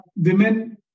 women